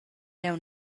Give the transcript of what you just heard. aunc